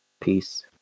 peace